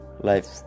life